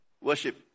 worship